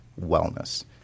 wellness